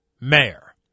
mayor